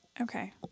Okay